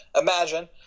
imagine